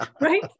right